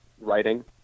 writing